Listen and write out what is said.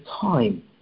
time